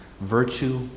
virtue